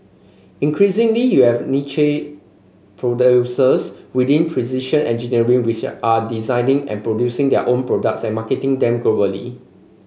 increasingly you have niche producers within precision engineering which are designing and producing their own products and marketing them globally